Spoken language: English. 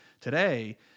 Today